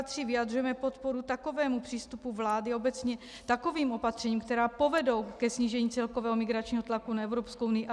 III. vyjadřujeme podporu takovému přístupu vlády obecně, takovým opatřením, která povedou ke snížení celkového migračního tlaku na Evropskou unii, atd., atd.; IV.